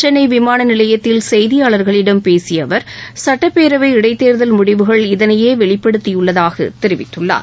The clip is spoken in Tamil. சென்னை விமான நிலையத்தில் செய்தியாளர்களிடம் பேசிய அவர் சுட்டப்பேரவை இடைத்தேர்தல் முடிவுகள் இதனையே வெளிப்படுத்தியுள்ளதாக தெரிவித்துள்ளார்